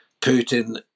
Putin